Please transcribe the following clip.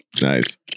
Nice